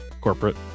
corporate